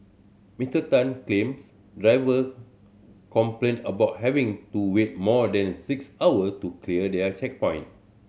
Mister Tan claimed driver complained about having to wait more than six hour to clear their checkpoint